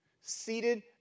seated